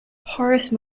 horace